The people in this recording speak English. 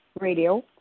radio